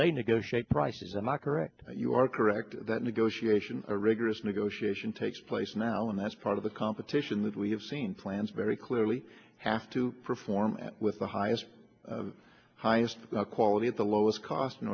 they negotiate prices a mockery you are correct that negotiation or rigorous negotiation takes place now and that's part of the competition that we have seen plants very clearly have to perform at with the highest highest quality at the lowest cost in